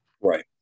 right